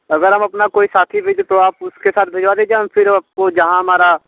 अगर हम अपना कोई साथी भेजें तो आप उसके साथ भिजवा दीजिए हम फिर अपना जहाँ हमारा